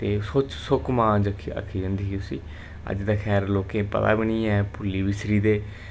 ते सुच ते सोक्क मांज आक्खी जंदी ही उसी अज्ज ते खैर लोकें गी पता बी नेईं ऐ भुल्ली बिस्सरी गेदे